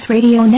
Radio